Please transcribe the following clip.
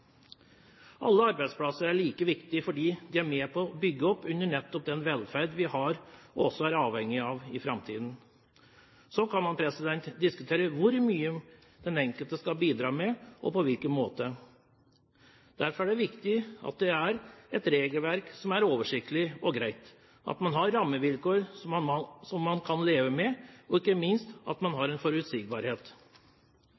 Alle arbeidsplasser er like viktige fordi de er med på å bygge opp under nettopp den velferd vi har og også er avhengig av i framtiden. Så kan man diskutere hvor mye den enkelte skal bidra med, og på hvilken måte. Derfor er det viktig at det er et regelverk som er oversiktlig og greit, at man har rammevilkår som man kan leve med, og ikke minst at man